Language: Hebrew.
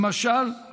למשל,